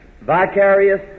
vicarious